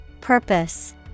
Purpose